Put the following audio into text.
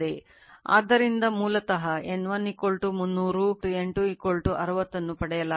ಆದ್ದರಿಂದ ಮೂಲತಃ N1 300 ಮತ್ತು N2 60 ಅನ್ನು ಪಡೆಯಲಾಗುತ್ತದೆ